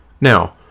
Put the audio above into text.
Now